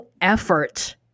effort